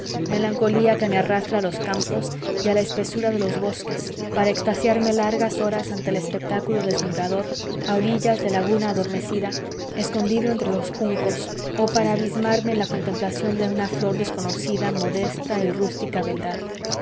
melancolía que me arrastra a los campos y a la espesura de los bosques para extasiarme largas horas ante el espectáculo deslumbrador a orillas de laguna adormecida escondido entre los juncos o para abismarme en la contemplación de una flor desconocida modesta y rústica beldad